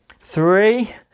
Three